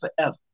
forever